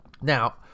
Now